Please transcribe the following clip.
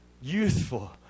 youthful